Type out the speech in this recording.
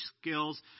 skills